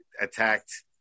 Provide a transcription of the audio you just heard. attacked